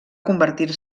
convertir